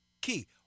Key